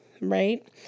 right